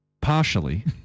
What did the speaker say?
Partially